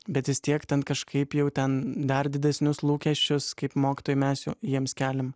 bet vis tiek kažkaip jau ten dar didesnius lūkesčius kaip mokytojai mes juo jiems keliam